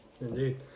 Indeed